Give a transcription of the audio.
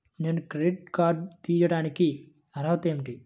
నేను credit card తీయడానికి అర్హత ఏమిటి?